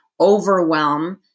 overwhelm